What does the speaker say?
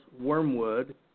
Wormwood